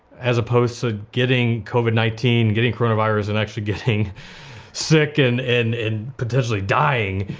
as opposed to getting covid nineteen, getting coronavirus and actually getting sick and and and potentially dying.